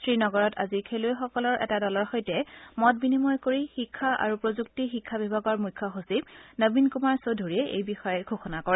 শ্ৰীনগৰত আজি খেলুৱৈসকলৰ এটা দলৰ সৈতে মত বিনিময় কৰি শিক্ষা আৰু প্ৰযুক্তি শিক্ষা বিভাগৰ মুখ্য সচিব নবীন কুমাৰ চৌধুৰীয়ে এই বিষয়ে ঘোষণা কৰে